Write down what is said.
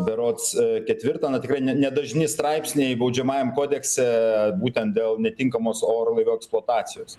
berods ketvirtą na tikrai ne nedažni straipsniai baudžiamajam kodekse būtent dėl netinkamos orlaivių eksploatacijos